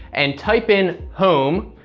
and type in home,